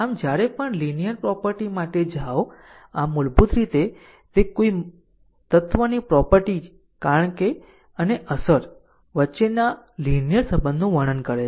આમ જ્યારે પણ લીનીયર પ્રોપર્ટી માટે જાઓ આમ મૂળભૂત રીતે તે કોઈ તત્વની પ્રોપર્ટી કારણ અને અસર વચ્ચેના લીનીયર સંબંધનું વર્ણન કરે છે